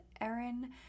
Erin